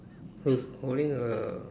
who's holding a